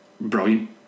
brilliant